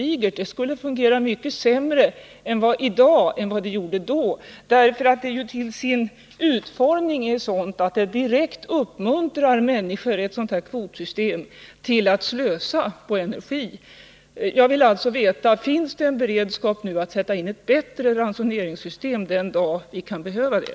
Ett sådant kvotsystem skulle fungera mycket sämre i dag än vad det gjorde då, eftersom det till sin utformning är sådant att det direkt uppmuntrar folk till att slösa med energi. Jag vill alltså veta: Finns det en beredskap för att sätta in ett bättre ransoneringssystem den dag vi kan behöva det?